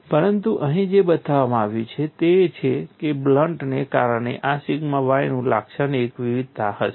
પરંતુ અહીં જે બતાવવામાં આવ્યું છે તે એ છે કે બ્લન્ટને કારણે આ સિગ્મા y ની લાક્ષણિક વિવિધતા હશે